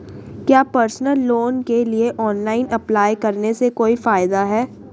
क्या personal loan के लिए ऑनलाइन अप्लाई करने से कोई फायदा है?